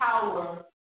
power